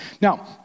Now